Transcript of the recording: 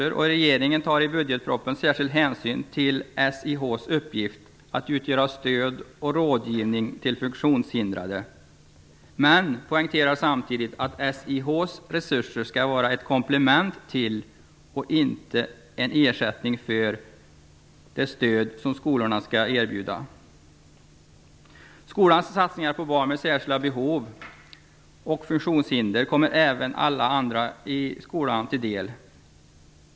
Regeringen tar i budgetpropositionen särskild hänsyn till SIH:s uppgift när det gäller att ge stöd och rådgivning till funktionshindrade, men man poängterar samtidigt att SIH:s resurser skall vara ett komplement till och inte en ersättning för det stöd som skolorna skall erbjuda. Skolans satsningar på barn med särskilda behov och funktionshinder kommer även alla andra i skolan till del.